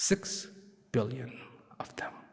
six billion of them